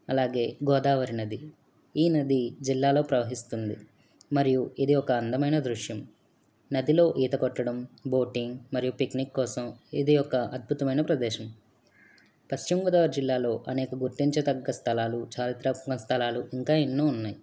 అలాగే గోదావరి నది ఈ నది జిల్లాలో ప్రవహిస్తుంది మరియు ఇది ఒక అందమైన దృశ్యం నదిలో ఈత కొట్టడం బోటింగ్ మరియు పిక్నిక్ కోసం ఇది ఒక అద్భుతమైన ప్రదేశం పశ్చిమగోదావరి జిల్లాలో అనేక గుర్తించదగ్గ స్థలాలు చారిత్రాత్మక స్థలాలు ఇంకా ఎన్నో ఉన్నాయి